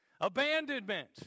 abandonment